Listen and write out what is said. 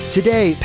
Today